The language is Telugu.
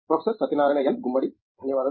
ప్రొఫెసర్ సత్యనారాయణ ఎన్ గుమ్మడి ధన్యవాదాలు